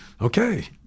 okay